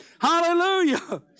Hallelujah